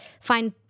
find